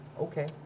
Okay